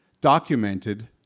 documented